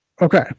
okay